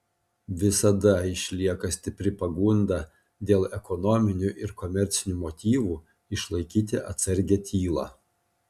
visada išlieka stipri pagunda dėl ekonominių ir komercinių motyvų išlaikyti atsargią tylą